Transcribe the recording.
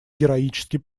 героически